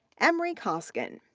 emre coskun,